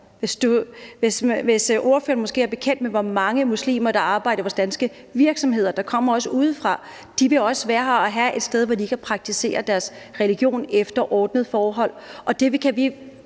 Ordføreren er måske bekendt med, hvor mange muslimer der også kommer udefra og arbejder i vores danske virksomheder, og de vil også være her og have et sted, hvor de kan praktisere deres religion efter ordnede forhold.